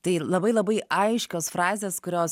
tai labai labai aiškios frazės kurios